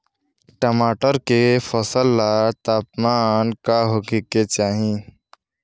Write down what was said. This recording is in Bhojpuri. टमाटर के फसल ला तापमान का होखे के चाही?